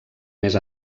més